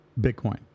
Bitcoin